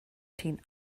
teen